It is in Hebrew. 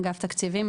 אגף תקציבים,